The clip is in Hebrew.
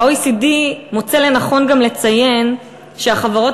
וה-OECD מוצא לנכון גם לציין שהחברות